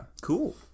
Cool